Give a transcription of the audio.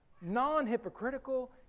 non-hypocritical